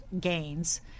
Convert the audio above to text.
gains